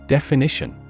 Definition